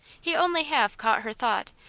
he only half caught her thought,